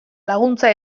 laguntza